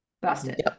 busted